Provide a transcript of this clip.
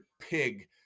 pig